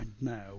now